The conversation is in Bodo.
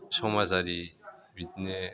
समाजारि बिदिनो